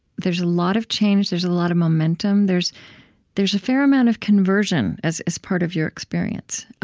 there's a lot of change there's a lot of momentum there's there's a fair amount of conversion as as part of your experience.